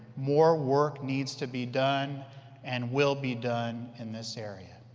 more work needs to be done and will be done in this area.